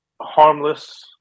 harmless